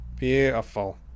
Beautiful